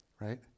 Right